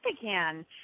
again